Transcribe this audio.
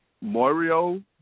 Mario